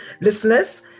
listeners